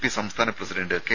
P സംസ്ഥാന president K